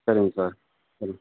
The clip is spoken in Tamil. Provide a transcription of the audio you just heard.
சரிங்க சார் சரி